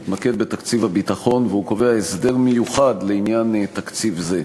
מתמקד בתקציב הביטחון וקובע הסדר מיוחד לעניין תקציב זה.